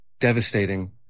devastating